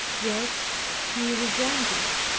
yet he resented it,